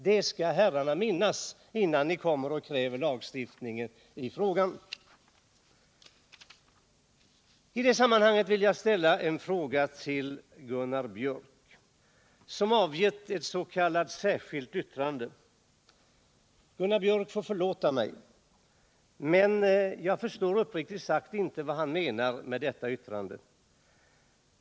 Det skall herrarna minnas när de kräver lagstiftning i frågan. I det sammanhanget vill jag ställa en fråga till Gunnar Biörck i Värmdö, som avgivit ett s.k. särskilt yttrande. Gunnar Biörck får förlåta mig, men jag förstår uppriktigt sagt inte vad han menar med detta yttrande.